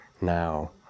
now